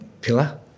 pillar